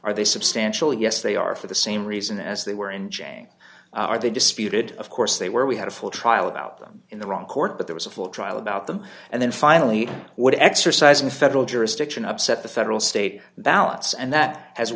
are they substantially yes they are for the same reason as they were in changing are they disputed of course they were we had a full trial about them in the wrong court but there was a full trial about them and then finally would exercise in federal jurisdiction upset the federal state ballots and that has